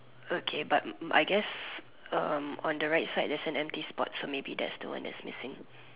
okay but I guess um on the right side there's an empty spot so maybe that's the one that's missing